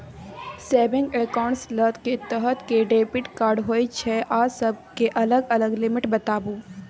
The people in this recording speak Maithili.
सेविंग एकाउंट्स ल के तरह के डेबिट कार्ड होय छै आ सब के अलग अलग लिमिट बताबू?